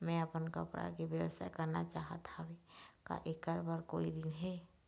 मैं अपन कपड़ा के व्यवसाय करना चाहत हावे का ऐकर बर कोई ऋण हे?